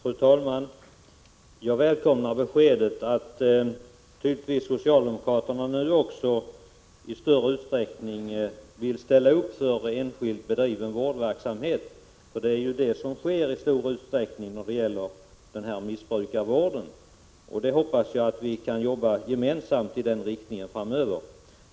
Fru talman! Jag välkomnar beskedet att socialdemokraterna tydligtvis nu i större utsträckning vill ställa upp för enskilt bedriven vårdverksamhet — det är juistor utsträckning vad som sker när det gäller missbrukarvården, och jag hoppas att vi framöver gemensamt kan arbeta för en utveckling i den riktningen.